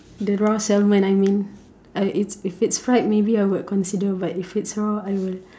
the raw salmon I mean uh if it's fried maybe I would consider but if it's raw I will